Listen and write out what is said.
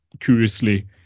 curiously